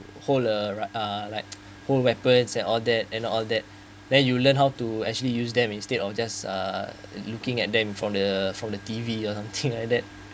hold uh like uh like hold weapons and all that and all that then you learn how to actually use them instead of just uh looking at them from the from the T_V or something like that